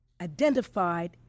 identified